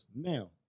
Now